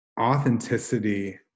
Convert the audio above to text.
authenticity